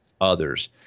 others